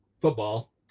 football